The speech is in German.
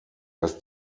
dass